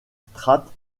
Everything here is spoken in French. strates